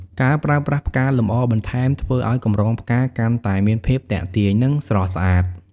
ការប្រើប្រាស់ផ្កាលម្អបន្ថែម ធ្វើឲ្យកម្រងផ្កាកាន់តែមានភាពទាក់ទាញ និងស្រស់ស្អាត។